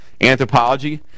Anthropology